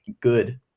good